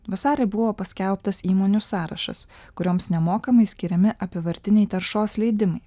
vasarį buvo paskelbtas įmonių sąrašas kurioms nemokamai skiriami apyvartiniai taršos leidimai